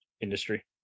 industry